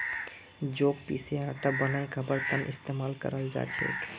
जौ क पीसे आटा बनई खबार त न इस्तमाल कराल जा छेक